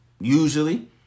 usually